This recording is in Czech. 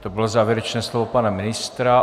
To bylo závěrečné slovo pana ministra.